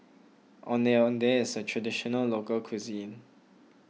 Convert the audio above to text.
Ondeh Ondeh is a Traditional Local Cuisine